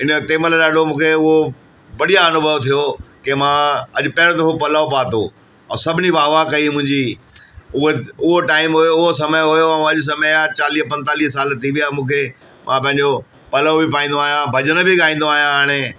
हिन तंहिं महिल ॾाढो मूंखे उहो बढ़िया अनुभव थियो कि मां अॼु पहिरियों दफ़ो पलव पातो ऐं सभिनी वा वा कई मुंहिंजी उहे उहो टाईम हुओ उहो समय हुओ ऐं अॼु समय आहे चालीह पंजतालीह साल थी विया मूंखे मां पंहिंजो पलव बि पाईंदो आहियां भॼन बि ॻाईंदो आहियां हाणे